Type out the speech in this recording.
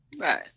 Right